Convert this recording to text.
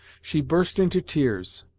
she burst into tears.